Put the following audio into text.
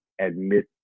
Admit